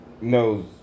knows